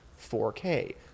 4K